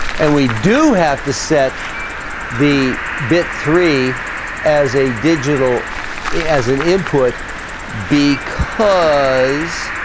and we do have to set the bit three as a digital as an input because